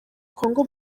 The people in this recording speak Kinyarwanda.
congo